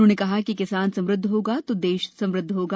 उन्होंने कहा कि किसान समृद्ध होगा तो देश समुद्ध होगा